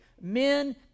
Men